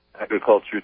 agriculture